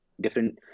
different